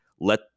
let